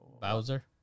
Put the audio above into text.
Bowser